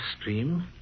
Stream